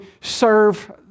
serve